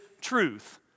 truth